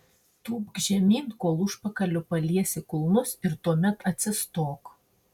tūpk žemyn kol užpakaliu paliesi kulnus ir tuomet atsistok